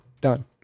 done